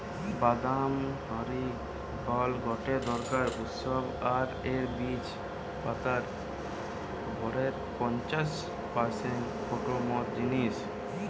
বাদাম হারি ফল গটে দরকারি উৎস আর এর বীজ পাতার ভরের পঞ্চাশ পারসেন্ট ফ্যাট মত জিনিস